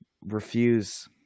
refuse